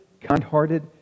kind-hearted